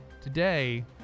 Today